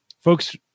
folks